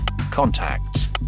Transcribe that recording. contacts